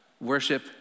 worship